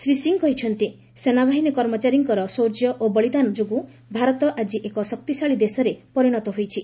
ଶ୍ରୀ ସିଂ କହିଛନ୍ତି ସେନାବାହିନୀ କର୍ମଚାରୀଙ୍କର ଶୌର୍ଯ୍ୟ ଓ ବଳିଦାନ ଯୋଗୁଁ ଭାରତ ଆଜି ଏକ ଶକ୍ତିଶାଳୀ ଦେଶରେ ପରିଶତ ହୋଇଛି